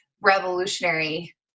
revolutionary